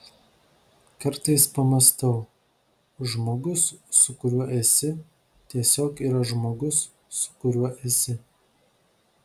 kartais pamąstau žmogus su kuriuo esi tiesiog yra žmogus su kuriuo esi